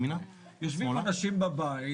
יושבים אנשים בבית,